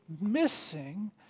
missing